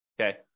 Okay